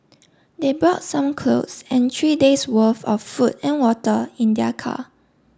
they brought some clothes and three days worth of food and water in their car